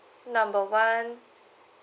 number one